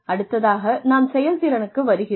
அடுத்ததாக நாம் செயல்திறனுக்கு வருகிறோம்